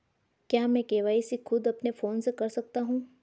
क्या मैं के.वाई.सी खुद अपने फोन से कर सकता हूँ?